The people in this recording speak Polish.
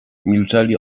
milczeli